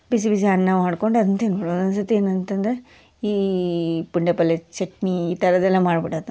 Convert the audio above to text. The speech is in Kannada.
ಬಿಸಿ ಬಿಸಿ ಅನ್ನ ಮಾಡ್ಕೊಂಡು ಅದ್ನ ತಿನ್ಬಿಡೋದು ಒಂದೊಂದು ಸರ್ತಿ ಏನಂತಂದರೆ ಈ ಪುಂಡಿ ಪಲ್ಯದ ಚಟ್ನಿ ಈ ಥರದ್ದೆಲ್ಲ ಮಾಡ್ಬಿಡೋದು